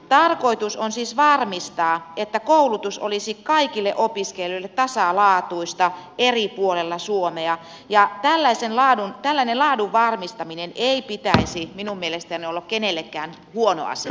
tarkoitus on siis varmistaa että koulutus olisi kaikille opiskelijoille tasalaatuista eri puolilla suomea ja tällaisen laadun varmistamisen ei pitäisi minun mielestäni olla kenellekään huono asia